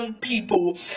People